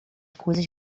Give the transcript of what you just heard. coisas